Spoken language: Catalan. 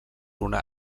una